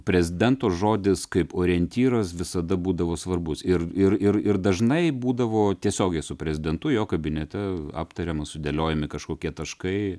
prezidento žodis kaip orientyras visada būdavo svarbus ir ir ir ir dažnai būdavo tiesiogiai su prezidentu jo kabinete aptariama sudėliojami kažkokie taškai